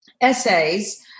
essays